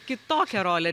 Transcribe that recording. kitokią rolę